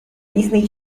disney